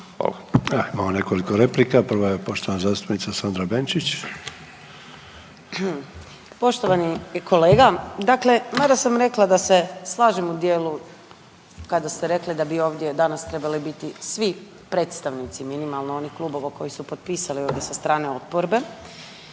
(HDZ)** Imamo nekoliko replika, prva je poštovana zastupnica Sandra Benčić. **Benčić, Sandra (Možemo!)** Poštovani kolega, dakle mada sam rekla da se slažem u dijelu kada ste rekli da bi ovdje danas trebali biti svi predstavnici minimalno onih klubova koji su potpisali ovdje sa strane oporbe,